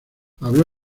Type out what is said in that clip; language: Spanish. habló